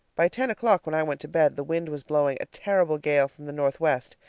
by ten o'clock, when i went to bed the wind was blowing a terrible gale from the northwest,